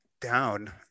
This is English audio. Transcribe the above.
Down